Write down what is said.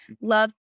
Love